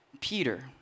Peter